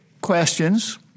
questions